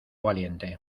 valiente